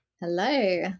Hello